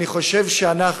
אני חושב שאנחנו,